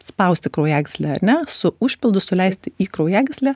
spausti kraujagyslę ar ne su užpildu suleisti į kraujagyslę